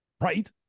right